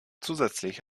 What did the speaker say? zusätzlich